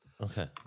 Okay